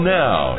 now